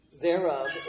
thereof